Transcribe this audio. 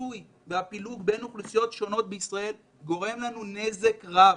השיסוי והפילוג בין אוכלוסיות שונות בישראל גורם לנו נזק רב.